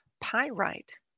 pyrite